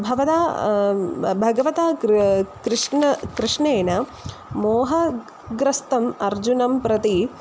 भवता भगवता कृष्णेन कृष्णेन कृष्णेन मोहग्रस्तम् अर्जुनं प्रति